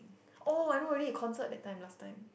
oh I know already concert that time last time